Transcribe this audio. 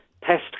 Pest